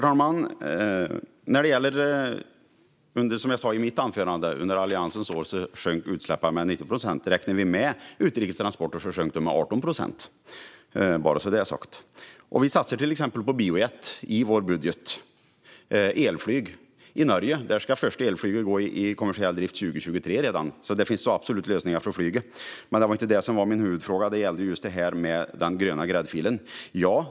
Herr talman! Som jag sa i mitt anförande sjönk utsläppen under Alliansens år med 19 procent, och om vi räknar med utrikes transporter sjönk de med 18 procent - bara så att det är sagt. Vi satsar till exempel på biojet och elflyg i vår budget. I Norge ska elflyg vara i kommersiell drift redan 2023, så det finns absolut lösningar för flyget. Men det var inte det som var min huvudfråga, utan den gällde just den gröna gräddfilen.